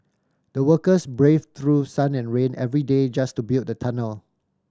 the workers braved through sun and rain every day just to build the tunnel